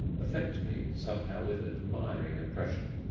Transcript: affect me somehow with admiring oppression.